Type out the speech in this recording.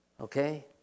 Okay